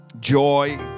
joy